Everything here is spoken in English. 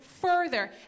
further